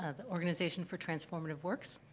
the organization for transformative works.